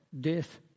death